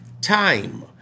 Time